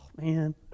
man